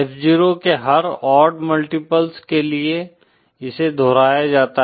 F0 के हर odd multiples के लिए इसे दोहराया जाता है